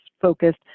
focused